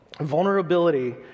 Vulnerability